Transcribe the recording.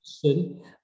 question